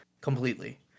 completely